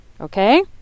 Okay